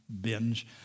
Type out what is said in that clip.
binge